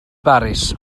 baris